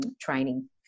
training